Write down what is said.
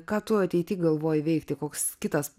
ką tu ateity galvoji veikti koks kitas